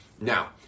Now